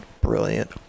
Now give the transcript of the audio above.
brilliant